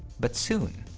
but soon.